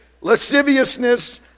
lasciviousness